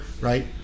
right